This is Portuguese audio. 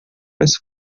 mais